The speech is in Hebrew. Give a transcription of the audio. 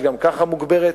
שגם כך היא מוגברת,